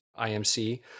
IMC